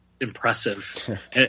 impressive